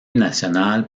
national